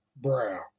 brow